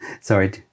Sorry